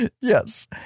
yes